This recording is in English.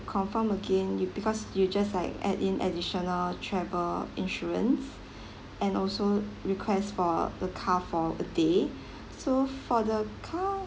confirm again you because you just like add in additional travel insurance and also request for a car for a day so for the car